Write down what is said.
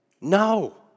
No